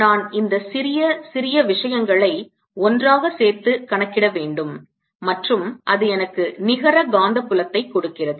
நான் இந்த சிறிய சிறிய விஷயங்களை ஒன்றாக சேர்த்து கணக்கிட வேண்டும் மற்றும் அது எனக்கு நிகர காந்த புலத்தை கொடுக்கிறது